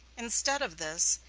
instead of this,